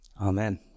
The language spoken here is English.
Amen